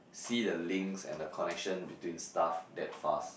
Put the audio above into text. see the links and the connection between stuff that fast